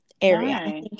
area